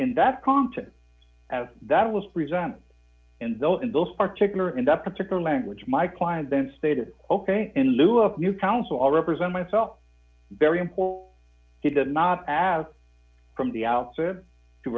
in that context as that was present in the in those particular in that particular language my client then stated ok in lieu of new counsel represent myself very important he did not add from the outset to